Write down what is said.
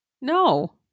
no